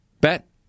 bet